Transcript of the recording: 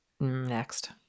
next